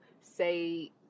say